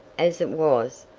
as it was,